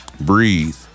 breathe